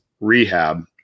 rehab